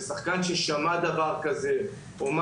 שחקן ששמע דבר כזה, יכול